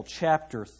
chapter